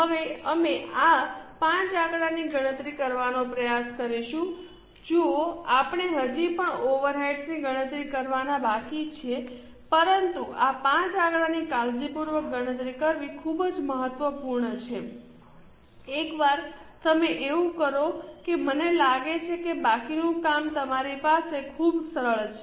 હવે અમે આ 5 આંકડાની ગણતરી કરવાનો પ્રયાસ કરીશું જુઓ આપણે હજી પણ ઓવરહેડ્સની ગણતરી કરવાના બાકી છીએ પરંતુ આ 5 આંકડાની કાળજીપૂર્વક ગણતરી કરવી ખૂબ જ મહત્વપૂર્ણ છે એકવાર તમે એવું કરો કે મને લાગે છે કે બાકીનું કામ તમારી પાસે ખૂબ સરળ છે